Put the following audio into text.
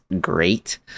great